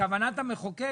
כוונת המחוקק,